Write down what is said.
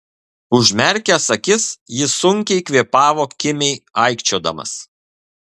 užmerkęs akis jis sunkiai kvėpavo kimiai aikčiodamas